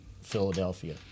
Philadelphia